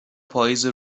پائیز